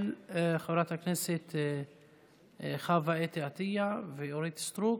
של חברת הכנסת חוה אתי עטייה ואורית סטרוק,